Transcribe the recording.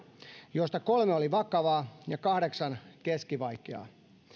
joista kolme oli vakavaa ja kahdeksan keskivaikeaa